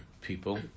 people